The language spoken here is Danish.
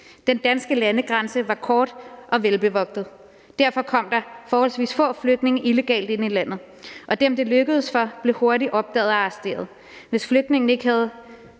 »Den danske landegrænse var kort og velbevogtet. Derfor kom der forholdsvis få flygtninge illegalt ind i landet. Og dem, det lykkedes for, blev hurtigt opdaget og arresteret. Hvis flygtningen ikke havde